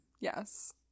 Yes